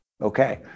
okay